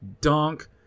dunk